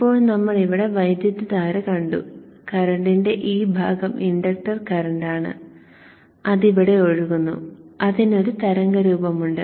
ഇപ്പോൾ നമ്മൾ ഇവിടെ വൈദ്യുതധാര കണ്ടു കറന്റിന്റെ ഈ ഭാഗം ഇൻഡക്ടർ കറന്റാണ് അത് ഇവിടെ ഒഴുകുന്നു ഇതിന് ഒരു തരംഗരൂപമുണ്ട്